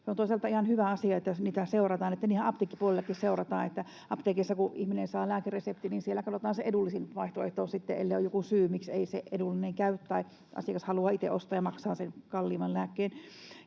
siihen. Toisaalta on ihan hyvä asia, että niitä seurataan, niinhän apteekkipuolellakin seurataan. Kun ihminen saa lääkereseptin, niin apteekeissa katsotaan se edullisin vaihtoehto, ellei ole joku syy, miksei se edullinen käy, tai asiakas halua itse ostaa ja maksaa sen kalliimman lääkkeen.